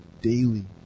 daily